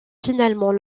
finalement